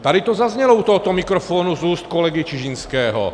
Tady to zaznělo u tohoto mikrofonu z úst kolegy Čižinského.